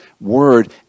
word